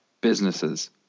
businesses